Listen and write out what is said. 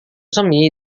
semi